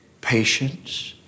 Patience